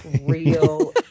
Real